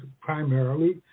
primarily